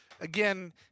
Again